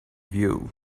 view